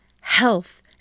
health